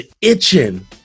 itching